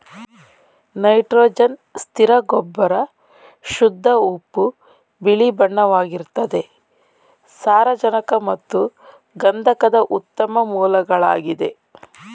nitrogen ಸ್ಥಿರ ಗೊಬ್ಬರ ಶುದ್ಧ ಉಪ್ಪು ಬಿಳಿಬಣ್ಣವಾಗಿರ್ತದೆ ಸಾರಜನಕ ಮತ್ತು ಗಂಧಕದ ಉತ್ತಮ ಮೂಲಗಳಾಗಿದೆ